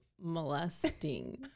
molesting